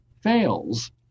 fails